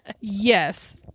Yes